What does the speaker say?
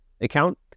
account